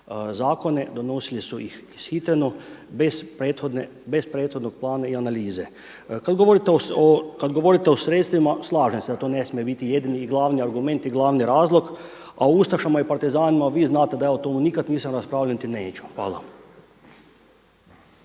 zakone, donosili su ih ishitreno bez prethodnog plana i analize. Kada govorite o sredstvima, slažem se da to ne smije biti jedini i glavni argument i glavni razlog a o ustašama i partizanima vi znate da ja o tome nikada nisam raspravljao niti neću. Hvala.